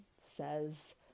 says